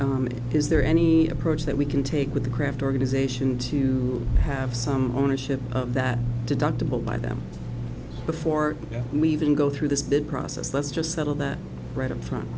mean is there any approach that we can take with the craft organization to have some ownership of that deductible by them before we even go through this bid process let's just settle that right in fro